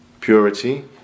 Purity